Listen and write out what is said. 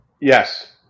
Yes